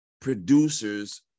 producers